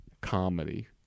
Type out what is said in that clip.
comedy